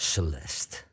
Celeste